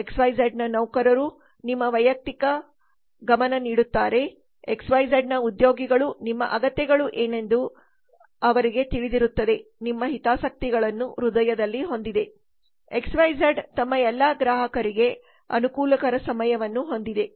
X Y ಝಡ್ನ ನೌಕರರು ನಿಮ್ಮ ವೈಯಕ್ತಿಕ ಗಮನವನ್ನು ನೀಡುತ್ತಾರೆ ಎಕ್ಸ್ ವೈ ಝಡ್ನ ಉದ್ಯೋಗಿಗಳು ನಿಮ್ಮ ಅಗತ್ಯತೆಗಳು ಏನೆಂದು ಎಕ್ಸ್ ವೈ ಝಡ್ಗೆ ತಿಳಿದಿರುತ್ತದೆ ನಿಮ್ಮ ಹಿತಾಸಕ್ತಿಗಳನ್ನು ಹೃದಯದಲ್ಲಿ ಹೊಂದಿದೆ ಎಕ್ಸ್ ವೈ ಝಡ್ ತಮ್ಮ ಎಲ್ಲಾ ಗ್ರಾಹಕರಿಗೆ ಅನುಕೂಲಕರ ಸಮಯವನ್ನು ಹೊಂದಿದೆ